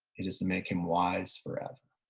it is to make him wise forever.